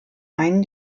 einen